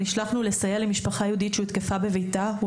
נשלחנו לסייע למשפחה יהודית שהותקפה בביתה אבל